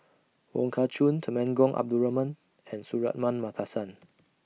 Wong Kah Chun Temenggong Abdul Rahman and Suratman Markasan